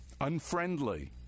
unfriendly